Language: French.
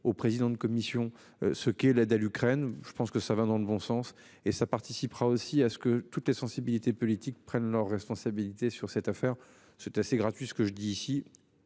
au président de commission. Ce qui l'aide à l'Ukraine. Je pense que ça va dans le bon sens et ça participera aussi à ce que toutes les sensibilités politiques prennent leurs responsabilités sur cette affaire, c'est assez gratuit. Ce que je dis ici.